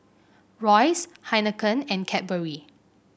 Royce Heinekein and Cadbury